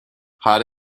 hot